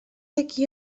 aquí